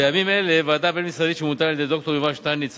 בימים אלה ועדה בין-משרדית שמונתה על-ידי ד"ר יובל שטייניץ,